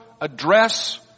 address